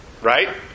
right